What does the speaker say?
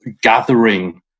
gathering